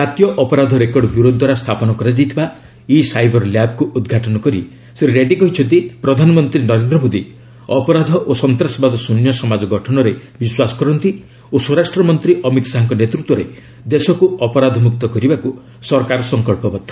ଜାତୀୟ ଅପରାଧ record bureau ଦ୍ୱାରା ସ୍ଥାପନ କରାଯାଇଥିବା ଇ ସାଇବର ଲ୍ୟାବ୍କୁ ଉଦ୍ଘାଟନ କରି ଶ୍ରୀ ରେଡ୍ରୀ କହିଛନ୍ତି ପ୍ରଧାନମନ୍ତ୍ରୀ ନରେନ୍ଦ୍ର ମୋଦୀ ଅପରାଧ ଓ ସନ୍ତ୍ରାସବାଦ ଶ୍ରନ୍ୟ ସମାଜ ଗଠନରେ ବିଶ୍ୱାସ କରନ୍ତି ଓ ସ୍ୱରାଷ୍ଟ୍ର ମନ୍ତ୍ରୀ ଅମିତ ଶାହାଙ୍କ ନେତୃତ୍ୱରେ ଦେଶକୁ ଅପରାଧ ମୁକ୍ତ କରିବାକୁ ସରକାର ସଂକଳ୍ପବଦ୍ଧ